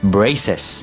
Braces